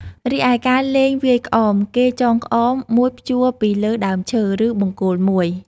រីឯការលេងវាយក្អមគេចងក្អមមួយព្យួរពីលើដើមឈើ ឬបង្គោលមួយ ។